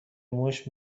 موش